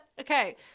okay